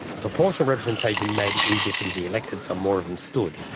proportional representation made it easier for them to be elected, so more of them stood.